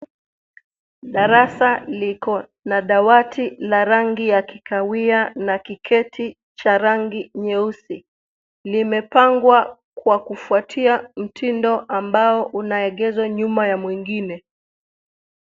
Darasa liko na dawati la rangi la kikawia na kiketi cha rangi nyeusi , lime pangwa kwa kufwatia mtindo ambao unaegezwa nyuma ya mwingine.